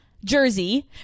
jersey